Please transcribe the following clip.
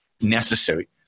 necessary